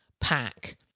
pack